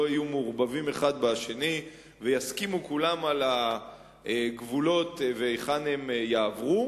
יהיו מעורבבים אחד בשני ויסכימו כולם על הגבולות והיכן הם יעברו.